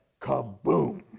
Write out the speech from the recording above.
Kaboom